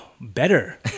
better